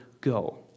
go